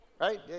right